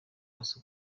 basa